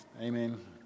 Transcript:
Amen